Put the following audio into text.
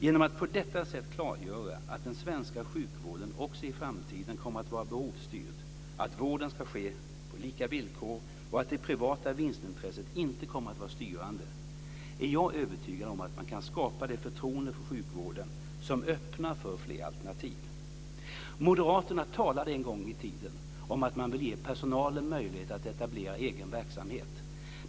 Genom att på detta sätt klargöra att den svenska sjukvården också i framtiden kommer att vara behovsstyrd, att vården ska ske på lika villkor och att det privata vinstintresset inte kommer att vara styrande är jag övertygad om att man kan skapa det förtroende för sjukvården som öppnar för fler alternativ. Moderaterna talade en gång i tiden om att man ville ge personalen möjlighet att etablera egen verksamhet.